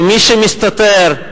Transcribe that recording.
ומי שמסתתר,